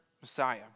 Messiah